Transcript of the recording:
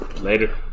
Later